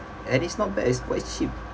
and it's not bad it's quite cheap